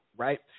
Right